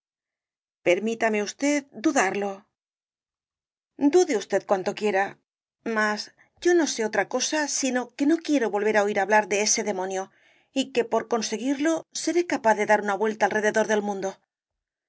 permítame usted dudarlo dude usted cuanto quiera mas yo no sé otra el caballero de las botas azules cosa sino que no quiero volver á oir hablar de ese demonio y que por conseguirlo seré capaz de dar una vuelta alrededor del mundo